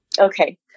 Okay